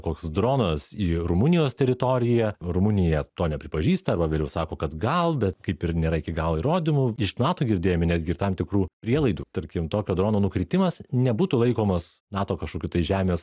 koks dronas į rumunijos teritoriją rumunija to nepripažįsta arba vėliau sako kad gal bet kaip ir nėra iki galo įrodymų iš nato girdėjome netgi tam tikrų prielaidų tarkim tokio drono nukritimas nebūtų laikomas nato kažkokiu tai žemės